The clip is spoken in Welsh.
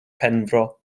penfro